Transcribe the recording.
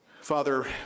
Father